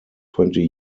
twenty